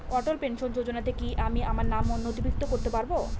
অটল pension যোজনাতে কি আমি নাম নথিভুক্ত করতে পারবো?